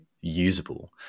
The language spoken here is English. usable